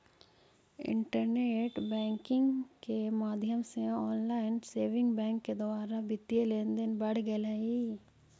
internet banking के माध्यम से ऑनलाइन सेविंग बैंक के द्वारा वित्तीय लेनदेन बढ़ गेले हइ